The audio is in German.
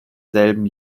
selben